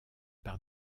par